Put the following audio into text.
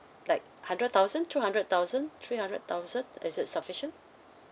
like hundred thousand two hundred thousand three hundred thousand is it sufficient